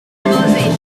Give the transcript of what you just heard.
civilization